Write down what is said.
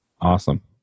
Awesome